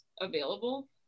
available